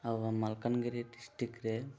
ଆଉ ମାଲକାନଗିରି ଡିଷ୍ଟ୍ରିକ୍ଟରେ